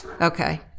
Okay